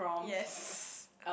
yes